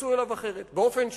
יתייחסו אליו אחרת, באופן שוויוני,